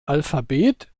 alphabet